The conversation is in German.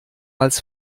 als